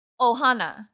Ohana